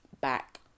back